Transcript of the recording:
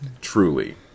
truly